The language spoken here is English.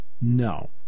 No